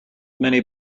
many